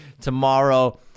Tomorrow